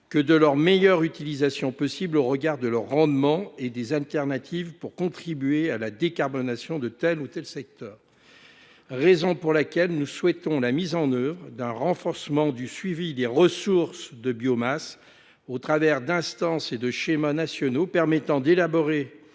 que de leur meilleure utilisation possible au regard de leur rendement et des alternatives pour contribuer à la décarbonation de tel ou tel secteur. Nous souhaitons renforcer le suivi des ressources de biomasse au travers d’instances, de schémas nationaux permettant d’élaborer